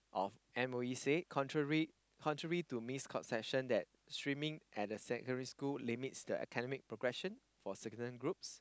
of M_O_E said countrary contrary to misconception that streaming at the secondary school limit the academic progression for certain groups